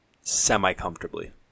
semi-comfortably